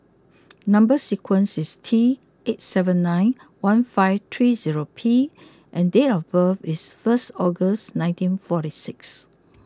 number sequence is T eight seven nine one five three zero P and date of birth is first August nineteen forty six